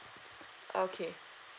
okay